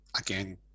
again